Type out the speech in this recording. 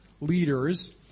leaders